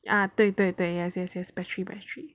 ah 对对对 yes yes yes battery battery